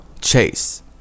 Chase